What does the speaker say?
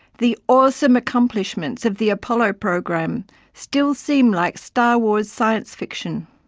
the awesome accomplishments of the apollo program still seem like star wars science fiction.